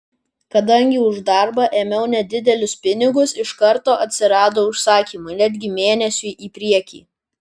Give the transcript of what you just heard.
kadangi už darbą ėmiau nedidelius pinigus iš karto atsirado užsakymų netgi mėnesiui į priekį